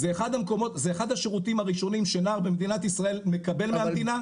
זה אחד השירותים הראשונים שנער במדינת ישראל מקבל מהמדינה.